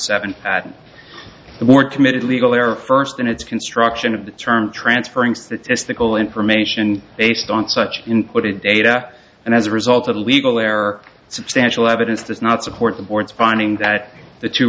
seven the more committed legal error first in its construction of the term transferring statistical information based on such input he data and as a result of legal error substantial evidence does not support the board's finding that the two